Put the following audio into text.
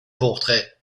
portraits